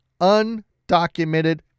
undocumented